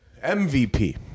MVP